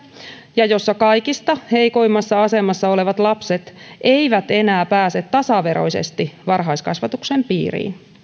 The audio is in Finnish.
ja jossa kaikista heikoimmassa asemassa olevat lapset eivät enää pääse tasaveroisesti varhaiskasvatuksen piiriin